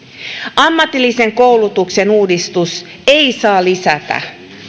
ammatillisen koulutuksen uudistus ei saa lisätä